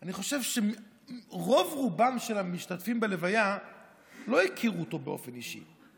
אני חושב שרוב-רובם של המשתתפים בלוויה לא הכירו אותו באופן אישי.